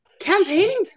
campaigning